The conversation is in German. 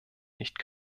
nicht